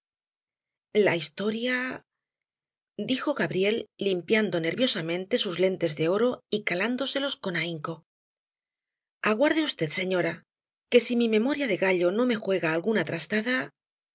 la historia dijo gabriel limpiando nerviosamente sus lentes de oro y calándoselos con ahinco aguarde v señora que si mi memoria de gallo no me juega alguna trastada